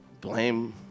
Blame